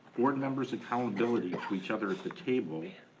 board members accountability to each other at the table,